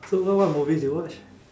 so what what movies you watch